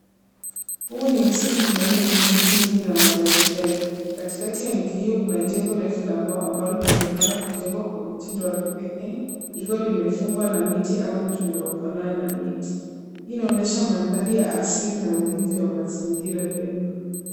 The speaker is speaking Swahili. Huu ni msitu mnene wenye miti mingi na majani tele, katikati ya miti hio kuna jengo refu la mbao ambo linaonekana kujebgwa kwa mtindo wa kipekee ikiwa limefungwa na mitu au vitu vinavyofanana na miti, inaonyesha mandhari ya asili na ulinzi wa mazingira vyema.